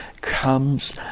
comes